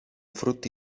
frutti